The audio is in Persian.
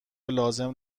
لازم